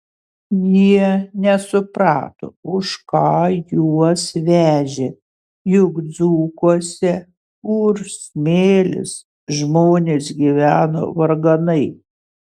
jie nesuprato už ką juos vežė juk dzūkuose kur smėlis žmonės gyveno varganai